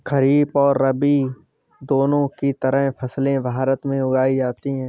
खरीप और रबी दो तरह की फैसले भारत में उगाई जाती है